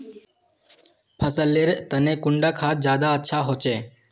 फसल लेर तने कुंडा खाद ज्यादा अच्छा होचे?